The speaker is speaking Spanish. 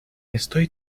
estoy